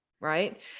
Right